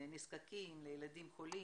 לנזקקים, לילדים חולים,